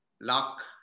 luck